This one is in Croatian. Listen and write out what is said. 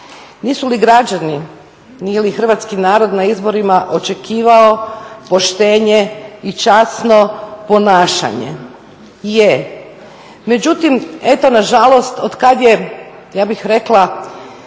Nisu li građani, nije li hrvatski narod na izborima očekivao poštenje i časno ponašanje? Je. Međutim, eto nažalost otkad je ja bih rekla